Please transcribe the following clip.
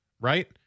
right